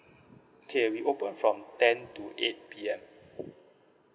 okay we open from ten to eight P_M